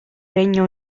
regno